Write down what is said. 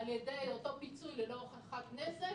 שזה שייך לאנשים,